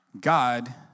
God